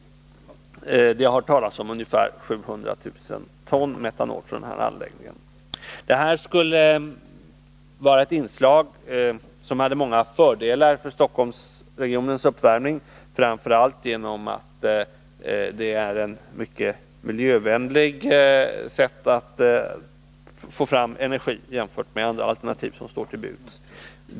Det har talats om ungefär 700 000 ton metanol från den här anläggningen. Detta skulle vara ett inslag som hade många fördelar för Stockholmsregionens uppvärmning, framför allt därför att det är ett mycket miljövänligt sätt att få fram energi jämfört med andra alternativ som står till buds.